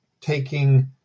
taking